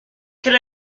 quel